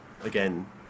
again